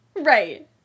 Right